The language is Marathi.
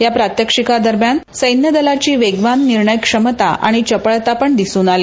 या प्रात्यक्षिकादरम्यान संखि दलाची वेगवान निर्णय क्षमता आणि चपळता पण दिसून आली